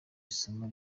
isomo